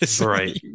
right